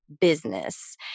business